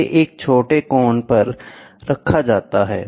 इसे एक छोटे कोण पर रखा जाता है